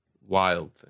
Wild